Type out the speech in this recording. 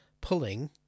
pulling